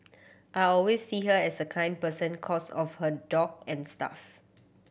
I always see her as a kind person cos of her dog and stuff